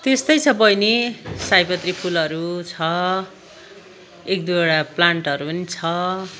त्यस्तै छ बहिनी सयपत्री फुलहरू छ एकदुईवटा प्लान्टहरू पनि छ